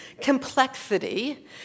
complexity